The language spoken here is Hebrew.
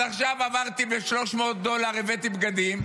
אז עכשיו עברתי ב-300 דולר, הבאתי בגדים,